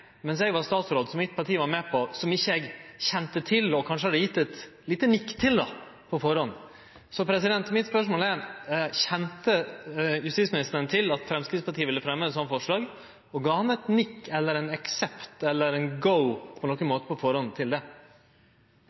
mens eg var statsråd som mitt parti var med på, som ikkje eg kjente til eller kanskje hadde gjeve eit lite nikk til på førehand. Så mitt spørsmål er: Kjente justisministeren til at Framstegspartiet ville fremje eit slikt forslag, og gav han eit nikk, ein aksept eller eit «go» på nokon måte på førehand til det?